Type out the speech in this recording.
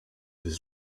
his